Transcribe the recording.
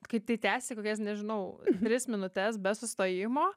kai tai tęsėsi kokias nežinau tris minutes be sustojimo